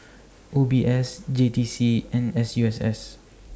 O B S J T C and S U S S